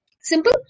simple